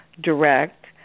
direct